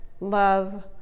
love